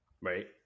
Right